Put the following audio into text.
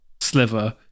sliver